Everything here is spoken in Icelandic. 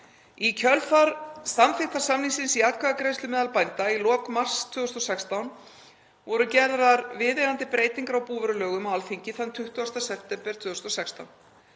Í kjölfar samþykktar samningsins í atkvæðagreiðslu meðal bænda í lok mars 2016 voru gerðar viðeigandi breytingar á búvörulögum á Alþingi þann 20. september 2016.